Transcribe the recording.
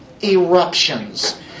eruptions